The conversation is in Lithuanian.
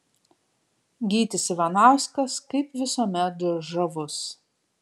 gytis ivanauskas kaip visuomet žavus